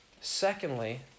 Secondly